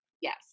Yes